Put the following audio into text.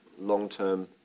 long-term